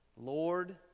Lord